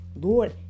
Lord